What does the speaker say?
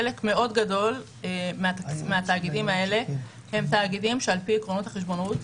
חלק מאוד גדול מהתאגידים האלה הם תאגידים שעל פי עקרונות החשבונאות,